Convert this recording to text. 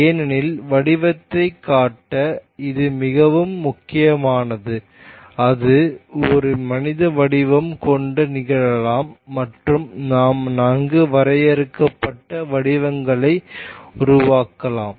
ஏனெனில் வடிவத்தைக் காட்ட இது மிகவும் முக்கியமானது அது ஒரு மனித வடிவம் கொண்டு நிகழலாம் மற்றும் நாம் நன்கு வரையறுக்கப்பட்ட வடிவங்களையும் உருவாக்கலாம்